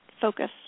focus